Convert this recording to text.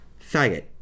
Faggot